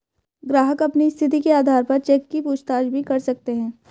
ग्राहक अपनी स्थिति के आधार पर चेक की पूछताछ भी कर सकते हैं